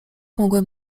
mogłem